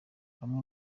bamwe